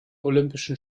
olympischen